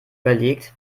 überlegt